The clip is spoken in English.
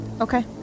Okay